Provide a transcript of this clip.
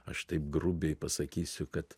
aš taip grubiai pasakysiu kad